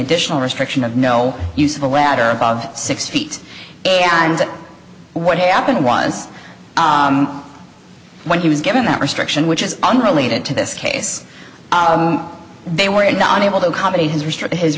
additional restriction of no use of a ladder above six feet and what happened was when he was given that restriction which is unrelated to this case they were not able to accommodate his